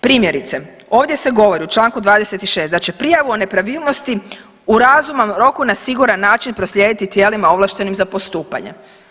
Primjerice, ovdje se govori u Članku 26. da će prijavu o nepravilnosti u razumnom roku na siguran način proslijediti tijelima ovlaštenim za postupanje.